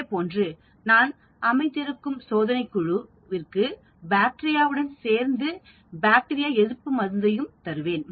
அதேபோன்று நான் அமைத்திருக்கும் சோதனை குழு குழுவிற்கு பாக்டீரியா உடன் சேர்த்து பாக்டீரியா எதிர்ப்புமருந்தையும் தருவேன்